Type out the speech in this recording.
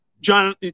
John